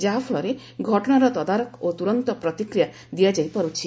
ଯାହାଫଳରେ ଘଟଣାର ତଦାରଖ ଓ ତୁରନ୍ତ ପ୍ରତିକ୍ରିୟା ଦିଆଯାଇ ପାର୍ରୁଛି